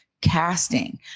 casting